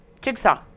jigsaw